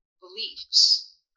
beliefs